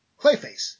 Clayface